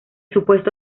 supuesto